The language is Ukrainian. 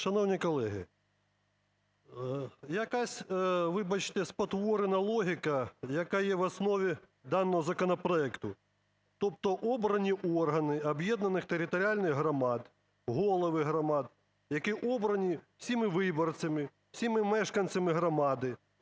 Шановні колеги, якась, вибачте, спотворена логіка, яка є в основі даного законопроекту. Тобто обрані органи об'єднаних територіальних громад, голови громад, які обрані всіма виборцями, всіма мешканцями громад,